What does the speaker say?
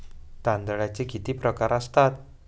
तांदळाचे किती प्रकार असतात?